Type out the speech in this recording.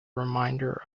reminder